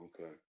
Okay